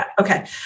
Okay